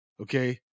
Okay